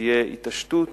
שתהיה התעשתות